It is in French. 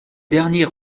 derniers